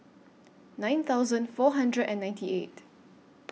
nine thousand four hundred and ninety eight